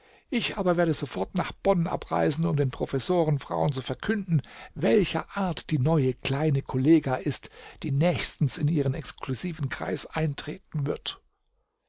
ich aber werde sofort nach bonn abreisen um den professorenfrauen zu verkünden welcher art die neue kleine kollega ist die nächstens in ihren exklusiven kreis eintreten wird